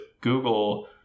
Google